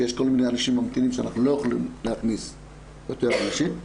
שיש כל מיני אנשים ממתינים ואנחנו לא יכולים להכניס יותר אנשים,